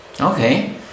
Okay